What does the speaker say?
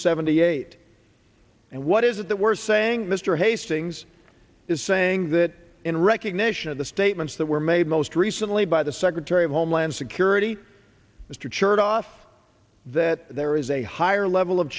seventy eight and what is it that we're saying mr hastings is saying that in recognition of the statements that were made most recently by the secretary of homeland security mr chertoff that there is a higher level of